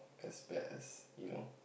as bad as you know